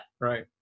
right